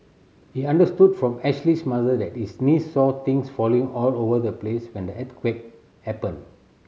he understood from Ashley's mother that his niece saw things falling all over the place when the earthquake happened